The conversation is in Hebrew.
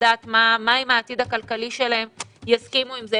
לדעת מה עם העתיד הכלכלי שלהם יסכימו עם זה,